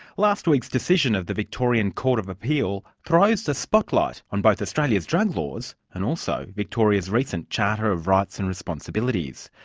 last week's decision of the victorian court of appeal throws the spotlight on both australia's drug laws and also victoria's recent charter of rights and responsibilities.